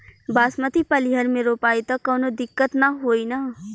बासमती पलिहर में रोपाई त कवनो दिक्कत ना होई न?